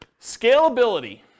Scalability